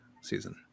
season